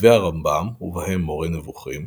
כתבי הרמב"ם ובהם מורה נבוכים,